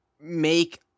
make